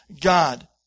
God